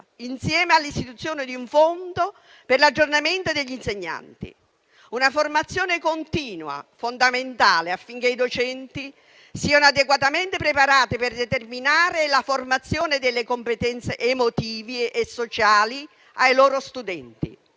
insieme all'istituzione di un fondo per l'aggiornamento degli insegnanti: una formazione continua fondamentale affinché i docenti siano adeguatamente preparati per determinare la formazione delle competenze emotive e sociali ai loro studenti.